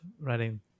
writing